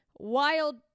Wild